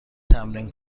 تمرین